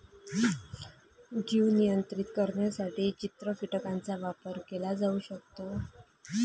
जीव नियंत्रित करण्यासाठी चित्र कीटकांचा वापर केला जाऊ शकतो